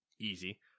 Easy